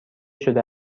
شده